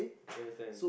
understand